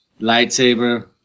lightsaber